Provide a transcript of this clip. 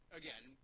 again